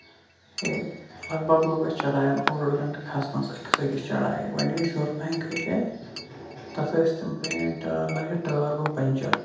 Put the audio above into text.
اَمہِ پَتہٕ لوٚگ اَسہِ چڑاین اوٚڈ اوٚڈ گنٹہٕ کھسنَس أکِس أکِس چڑایہِ وَن ٲسۍ ہیور پَہن کھژٕے تَتھ ٲسۍ تِم پرٲنۍ ٹٲر لٲگِتھ ٹٲر گوٚو پَنچر